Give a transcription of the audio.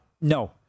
No